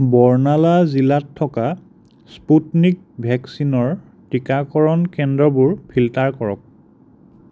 বৰ্ণালা জিলাত থকা স্পুটনিক ভেকচিনৰ টীকাকৰণ কেন্দ্ৰবোৰ ফিল্টাৰ কৰক